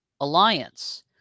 alliance